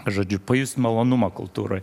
žodžiu pajust malonumą kultūroj